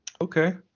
okay